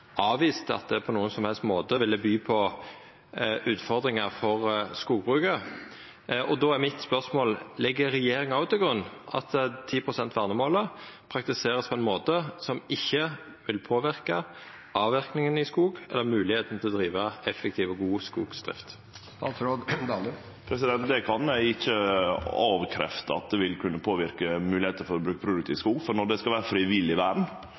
avviste at det på nokon som helst måte ville by på utfordringar for skogbruket. Då er mitt spørsmål: Legg regjeringa òg til grunn at målet om 10 pst. vern vert praktisert på ein måte som ikkje vil påverka avverking av skog der det er moglegheiter til å driva effektiv og god skogsdrift? Eg kan ikkje avkrefte at det vil kunne påverke moglegheitene for å bruke produktiv skog, for når det skal vere frivillig vern,